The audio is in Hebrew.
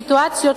סיטואציות,